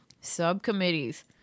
Subcommittees